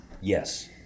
Yes